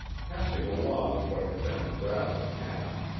passing along what had been a gravel path,